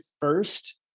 first